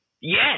Yes